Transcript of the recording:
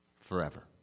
forever